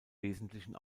wesentlichen